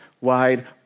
wide